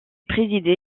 présidé